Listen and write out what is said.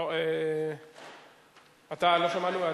לא שמענו.